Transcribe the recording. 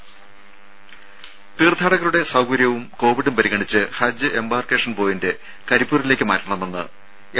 രംഭ തീർത്ഥാടകരുടെ സൌകര്യവും കോവിഡും പരിഗണിച്ച് ഹജ്ജ് എംബാർക്കേഷൻ പോയിന്റ് കരിപ്പൂരിലേക്ക് മാറ്റണമെന്ന് എം